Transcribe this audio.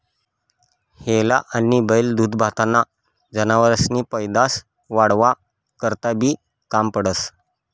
हेला आनी बैल दूधदूभताना जनावरेसनी पैदास वाढावा करता बी काम पडतंस